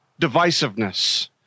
divisiveness